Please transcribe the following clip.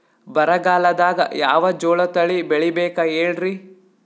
ಬರಗಾಲದಾಗ್ ಯಾವ ಜೋಳ ತಳಿ ಬೆಳಿಬೇಕ ಹೇಳ್ರಿ?